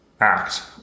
act